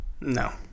No